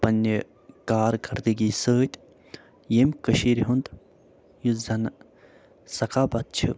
پنٛنہِ کار کردگی سۭتۍ ییٚمہِ کٔشیٖرِ ہُنٛد یُس زنہٕ سقافت چھِ